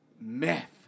meth